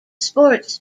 sports